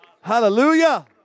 Hallelujah